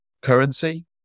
currency